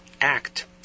act